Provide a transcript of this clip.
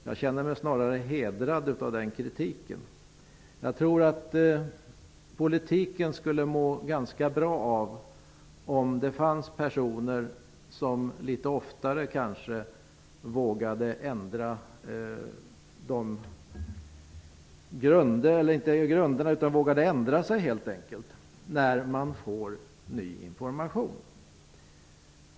Jag känner mig närmast hedrad av den kritiken. Jag tror att politiken skulle må ganska bra av att det fanns personer som kanske litet oftare vågade ändra uppfattning när ny information framkommer.